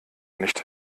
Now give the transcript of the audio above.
nicht